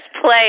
play